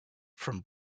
from